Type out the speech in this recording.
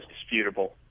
disputable